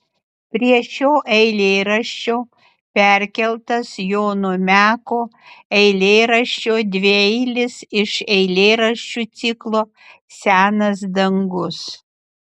prie šio eilėraščio perkeltas jono meko eilėraščio dvieilis iš eilėraščių ciklo senas dangus